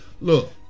Look